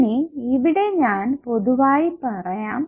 ഇനി ഇവിടെ ഞാൻ പൊതുവാക്കി പറയാം